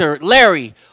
Larry